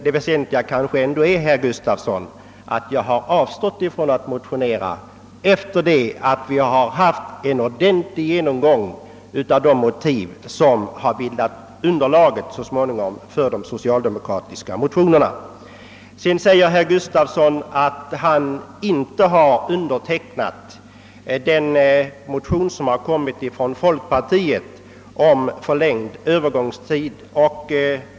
Det väsentliga är väl ändå att jag har avstått från att motionera efter det att vi haft en ordentlig genomgång av de motiv som så småningom bildat underlaget för de socialdemokratiska motionerna. Herr Gustafsson sade vidare att han inte undertecknat folkpartiets motion om förlängd Öövergångstid.